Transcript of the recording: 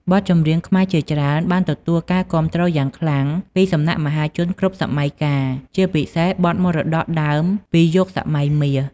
បទចម្រៀងខ្មែរជាច្រើនបានទទួលការគាំទ្រយ៉ាងខ្លាំងពីសំណាក់មហាជនគ្រប់សម័យកាល ជាពិសេសបទមរតកដើមពីយុគសម័យមាស។